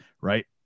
right